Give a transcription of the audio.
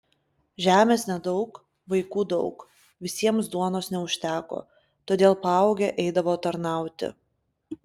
žemės nedaug vaikų daug visiems duonos neužteko todėl paaugę eidavo tarnauti